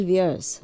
years